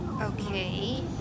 Okay